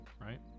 right